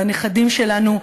לנכדים שלנו,